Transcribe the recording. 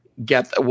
get